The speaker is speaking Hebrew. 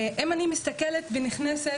אם אני מסתכלת ונכנסת,